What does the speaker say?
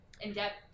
in-depth